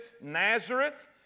Nazareth